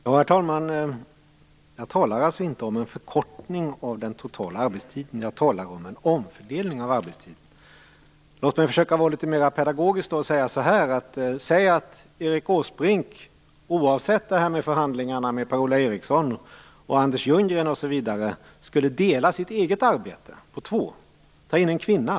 Herr talman! Jag talar alltså inte om en förkortning av den totala arbetstiden. Jag talar om en omfördelning av arbetstiden. Låt mig försöka vara litet mer pedagogisk, och säga så här: Säg att Erik Åsbrink, oavsett förhandlingarna med Per-Ola Eriksson och oavsett det här med Anders Ljungren, skulle dela sitt eget arbete på två, och ta in en kvinna.